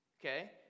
okay